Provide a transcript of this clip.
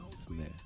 Smith